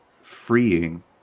freeing